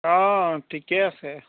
অঁ ঠিকেই আছে